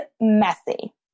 messy